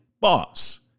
boss